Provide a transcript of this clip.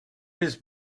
his